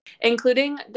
including